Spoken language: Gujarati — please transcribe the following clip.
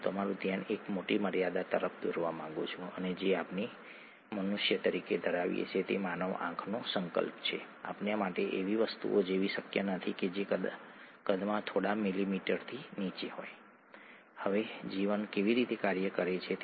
એડેનીન થાઇમાઇન જો તમે પાછા જાઓ છો તો એડેનીન અહીં છે જે પ્યુરિન છે થાઇમાઇન અહીં છે જે પાયરિમિડિન છે ઠીક છે